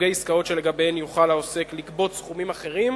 סוגי עסקאות שלגביהן יוכל העוסק לגבות סכומים אחרים